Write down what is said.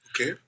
Okay